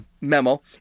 memo